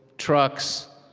trucks,